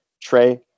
Trey